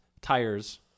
tires